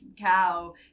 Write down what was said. cow